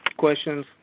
Questions